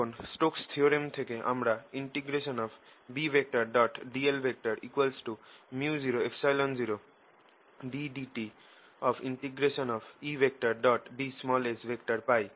এখন Stokes theorem থেকে আমরা Bdl µ00ddtEds পাই